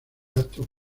actos